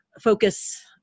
focus